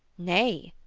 nay,